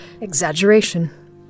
exaggeration